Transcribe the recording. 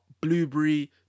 Blueberry